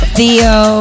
Theo